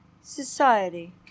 Society